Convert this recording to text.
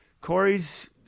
Corey's